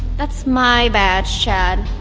that's my badge, chad.